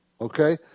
okay